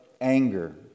anger